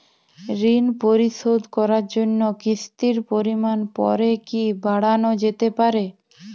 ঋন পরিশোধ করার জন্য কিসতির পরিমান পরে কি বারানো যেতে পারে?